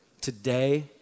Today